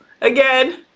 again